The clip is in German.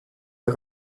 der